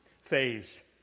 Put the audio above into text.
phase